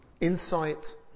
insight